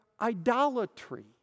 idolatry